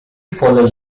follows